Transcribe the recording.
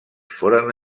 foren